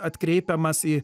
atkreipiamas į